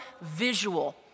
visual